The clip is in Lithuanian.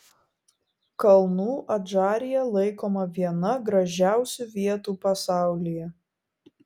kalnų adžarija laikoma viena gražiausių vietų pasaulyje